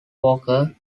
walker